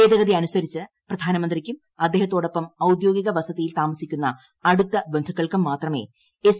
ഭേദഗതി അനുസരിച്ച് പ്രധാനമന്ത്രിക്കും അദ്ദേഹത്തോടൊപ്പം ഔദ്യോഗിക വസതിയിൽ താമസിക്കുന്ന അടുത്ത ബന്ധുക്കൾക്കും മാത്രമെ എസ്